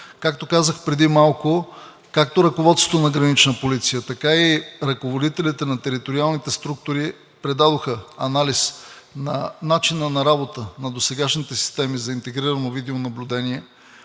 Както казах преди малко, както ръководството на Гранична полиция, така и ръководителите на териториалните структури предадоха анализ на начина на работа на досегашните системи за интегрирано видеонаблюдение